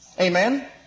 Amen